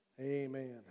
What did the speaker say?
Amen